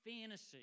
fantasy